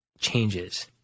changes